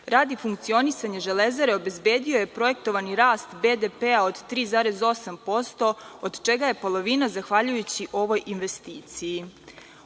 Radi funkcionisanja „Železare“ obezbedio je projektovani rast BDP-a od 3,8%, od čega je polovina zahvaljujući ovoj investiciji. Ovo